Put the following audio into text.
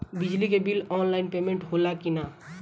बिजली के bill online payment होला कि ना?